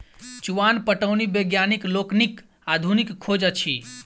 चुआन पटौनी वैज्ञानिक लोकनिक आधुनिक खोज अछि